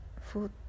food